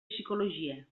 psicologia